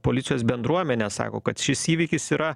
policijos bendruomenė sako kad šis įvykis yra